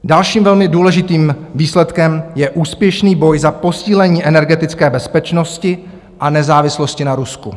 Dalším velmi důležitým výsledkem je úspěšný boj za posílení energetické bezpečnosti a nezávislosti na Rusku.